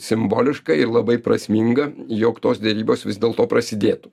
simboliška ir labai prasminga jog tos derybos vis dėlto prasidėtų